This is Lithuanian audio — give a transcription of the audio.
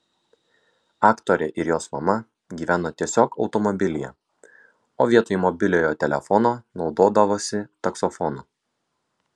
aktorė ir jos mama gyveno tiesiog automobilyje o vietoj mobiliojo telefono naudodavosi taksofonu